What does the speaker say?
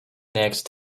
next